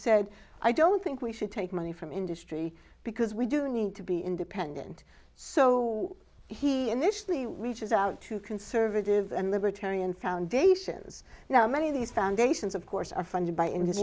said i don't think we should take money from industry because we do need to be independent so he initially reaches out to conservative and libertarian foundations now many of these foundations of course are funded by in his